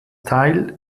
teil